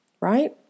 right